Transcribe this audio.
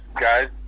guys